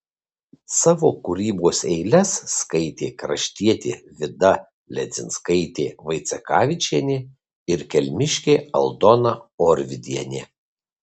savo kūrybos eiles skaitė kraštietė vida ledzinskaitė vaicekavičienė ir kelmiškė aldona orvidienė